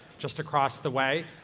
just across the way.